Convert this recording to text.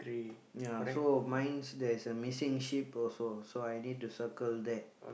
ya so mine's there is a missing sheep also so I need to circle that